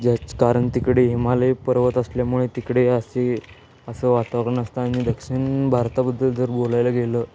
ज्याचं कारण तिकडे हिमालय पर्वत असल्यामुळे तिकडे असे असं वातावरण असतं आणि दक्षिण भारताबद्दल जर बोलायला गेलं